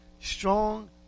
strong